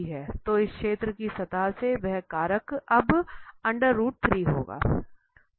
तो इस क्षेत्र की सतह से वह कारक अब होगा